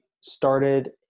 started